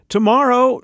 Tomorrow